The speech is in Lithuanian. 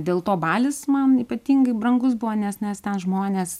dėl to balis man ypatingai brangus buvo nes nes ten žmonės